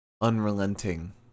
unrelenting